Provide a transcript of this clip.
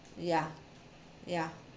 ya ya